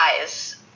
eyes